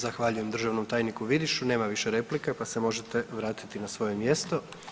Zahvaljujem državnom tajniku Vidišu, nema više replika pa se možete vratiti na svoje mjesto.